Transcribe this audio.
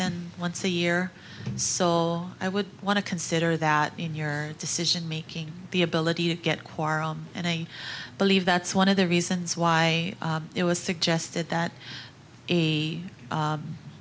than once a year saw i would want to consider that in your decision making the ability to get quarrel and i believe that's one of the reasons why it was suggested that a